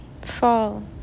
fall